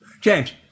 James